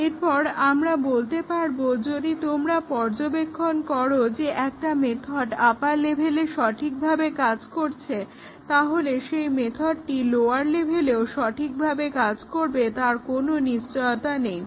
এরপর আমরা বলতে পারবো যদি তোমরা পর্যবেক্ষণ করা যে একটা মেথড আপার লেভেলে সঠিকভাবে কাজ করছে তাহলে সেই মেথডটি লোয়ার লেভেলেও সঠিকভাবে কাজ করবে তার কোনো নিশ্চয়তা নেই